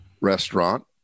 restaurant